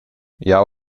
jeu